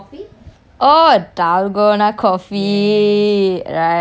oh dalgona coffee right right